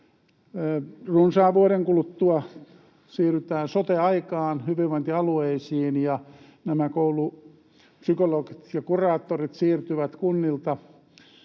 runsaan vuoden kuluttua siirrytään sote-aikaan ja hyvinvointialueisiin ja nämä koulupsykologit ja ‑kuraattorit siirtyvät kunnilta